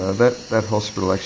ah that that hospital actually,